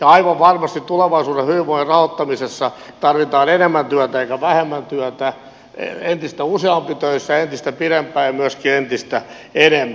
aivan varmasti tulevaisuuden hyvinvoinnin aloittamisessa tarvitaan enemmän työtä eikä vähemmän työtä entistä useampi töissä entistä pidempään ja myöskin entistä enemmän